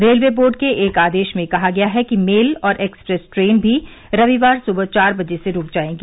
railway board के एक आदेश में कहा गया है कि मेल और एक्सप्रेस ट्रेन भी रविवार सुबह चार बज से रूक जायेंगी